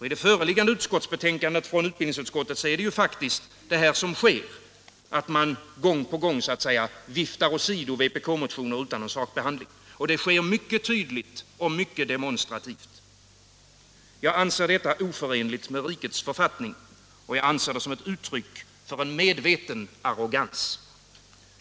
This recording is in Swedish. I det föreliggande betänkandet från utbildningsutskottet är faktiskt vad som sker att man gång på gång så att säga viftar åsido vpk-motioner utan någon sakbehandling, och det görs mycket tydligt och mycket demonstrativt. Jag anser detta oförenligt med rikets författning, och jag betraktar det som ett uttryck för en medveten arrogans.